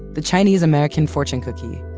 the chinese-american fortune cookie,